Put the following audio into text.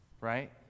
right